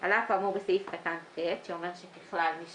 "(יג) על אף האמור בסעיף קטן (ט)", (שאומר שכלל מי